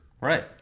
Right